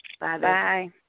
Bye-bye